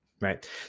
right